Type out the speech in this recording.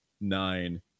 nine